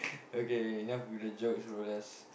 okay enough of the jokes what else